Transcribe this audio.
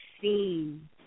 seen